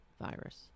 virus